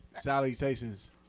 salutations